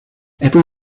every